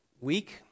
week